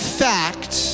fact